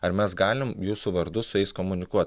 ar mes galim jūsų vardu su jais komunikuot